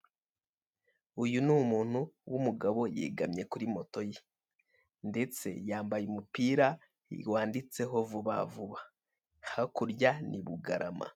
Uyu ni umuntu w'umugabo yegamye kuri moto ye ndetse yambaye umupira wanditseho vubavuba hakurya ni Bugarama.